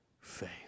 faith